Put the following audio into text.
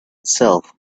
itself